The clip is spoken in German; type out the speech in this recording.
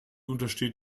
untersteht